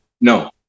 No